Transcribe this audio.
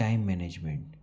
time management